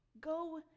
Go